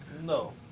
No